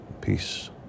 Peace